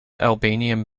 albanian